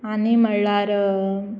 आनी म्हणल्यार